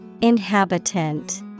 Inhabitant